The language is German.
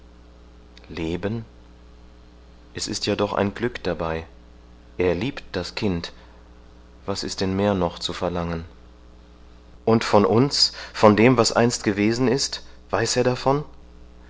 leben es ist ja doch ein glück dabei er liebt das kind was ist denn mehr noch zu verlangen und von uns von dem was einst gewesen ist weiß er davon